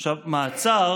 עכשיו, מעצר